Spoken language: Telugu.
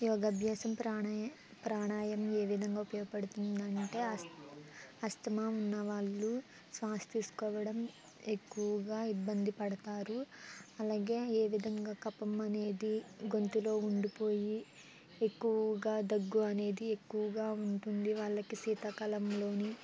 యోగాభ్యాసం ప్రాణ ప్రాణాయామం ఏ విధంగా ఉపయోగపడుతుంది అంటే అస్ ఆస్తమా ఉన్నవాళ్ళు శ్వాస తీసుకోవడం ఎక్కువగా ఇబ్బంది పడతారు అలాగే ఏ విధంగా కఫం అనేది గొంతులో ఉండిపోయి ఎక్కువగా దగ్గు అనేది ఎక్కువగా ఉంటుంది వాళ్ళకి శీతాకాలంలోని